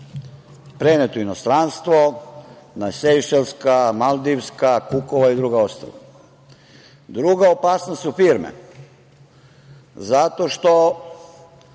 prenet u inostranstvo na Sejšelska, Maldivska, Pukova i druga ostrva. Druga opasnost su firme, zato što